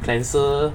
cleanser